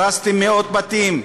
הרסתם מאות בתים.